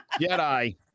Jedi